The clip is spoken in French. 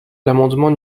l’amendement